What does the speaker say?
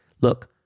look